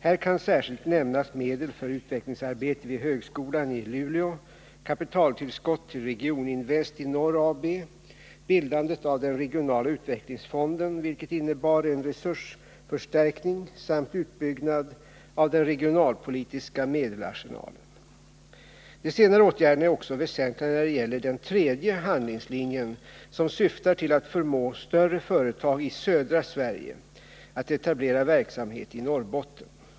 Här kan särskilt nämnas medel för utvecklingsarbete vid högskolan i Luleå, kapitaltillskott till Regioninvest i Norr AB, bildandet av den regionala utvecklingsfonden, vilket innebar en resursförstärkning, samt utbyggnad av den regionalpolitiska medelsarsenalen. De senare åtgärderna är också väsentliga när det gäller den tredje handlingslinjen, som syftar till att förmå större företag i södra Sverige att etablera verksamhet i Norrbotten.